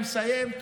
אני מסיים.